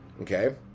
Okay